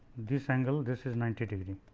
this angle this is ninety degree.